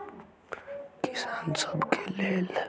किसान सब के लेल कौन कौन सा बीमा होला?